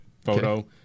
photo